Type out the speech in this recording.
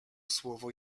słowo